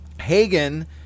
Hagen